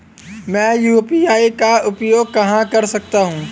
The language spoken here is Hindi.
मैं यू.पी.आई का उपयोग कहां कर सकता हूं?